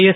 S